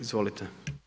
Izvolite.